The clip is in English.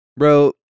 Bro